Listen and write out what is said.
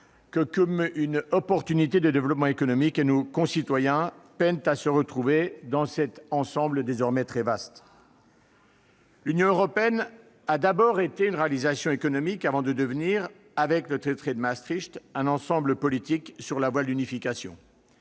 que comme une opportunité de développement économique et nos concitoyens peinent à se retrouver dans cet ensemble désormais très vaste. L'Union européenne a d'abord été une réalisation économique, avant de devenir, avec le traité de Maastricht, un ensemble politique sur la voie de l'unification.